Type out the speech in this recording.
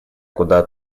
куда